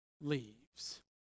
leaves